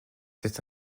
s’être